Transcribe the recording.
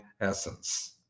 essence